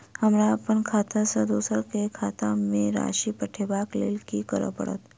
हमरा अप्पन खाता सँ दोसर केँ खाता मे राशि पठेवाक लेल की करऽ पड़त?